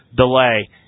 delay